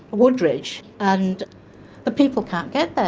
woodridge, and the people can't get there.